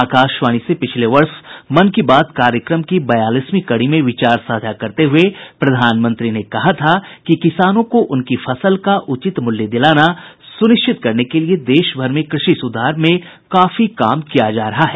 आकाशवाणी से पिछले वर्ष मन की बात कार्यक्रम की बयालीसवीं कड़ी में विचार साझा करते हुए प्रधानमंत्री ने कहा था कि किसानों को उनकी फसल का उचित मूल्य दिलाना सुनिश्चित करने के लिए देशभर में कृषि सुधार में काफी काम किया गया है